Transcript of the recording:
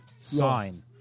Sign